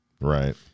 Right